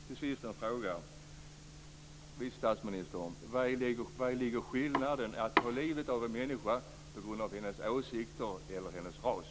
Till sist en fråga till vice statsministern: Vari ligger skillnaden mellan att ta livet av en människa på grund av hennes åsikter och att göra det på grund av hennes ras?